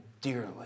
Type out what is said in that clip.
dearly